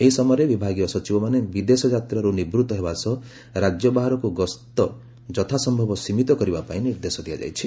ଏହି ସମୟରେ ବିଭାଗୀୟ ସଚିବମାନେ ବିଦେଶ ଯାତ୍ରାରୁ ନିବୃଉ ହେବା ସହ ରାଜ୍ୟ ବାହାରକୁ ଗସ୍ତ ଯଥାସ୍୍ରବ ସୀମିତ କରିବା ପାଇଁ ନିର୍ଦ୍ଦେଶ ଦିଆଯାଇଛି